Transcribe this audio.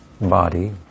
body